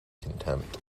contempt